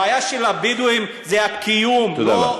הבעיה של הבדואים היא הקיום, תודה רבה.